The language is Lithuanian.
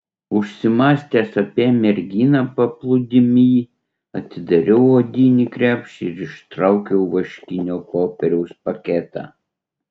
užsimąstęs apie merginą paplūdimy atidarau odinį krepšį ir išsitraukiu vaškinio popieriaus paketą